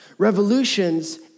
Revolutions